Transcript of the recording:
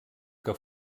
que